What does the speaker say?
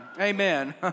Amen